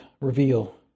reveal